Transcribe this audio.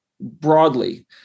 broadly